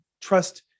trust